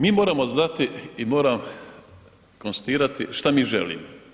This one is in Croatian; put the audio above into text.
Mi moramo znati i moram konstatirati šta mi želimo.